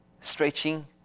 stretching